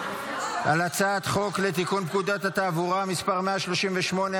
להצבעה על הצעת חוק לתיקון פקודת התעבורה (מס' 138),